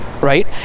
right